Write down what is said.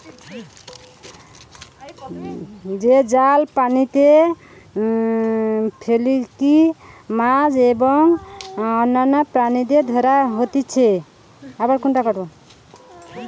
যে জাল পানিতে ফেলিকি মাছ এবং অন্যান্য প্রাণীদের ধরা হতিছে